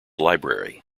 library